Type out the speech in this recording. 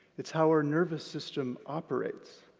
it's how our nervous system operates.